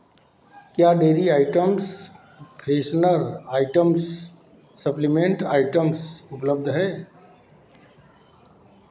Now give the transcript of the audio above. क्या dairy items freshener items supplement items उपलब्ध हैं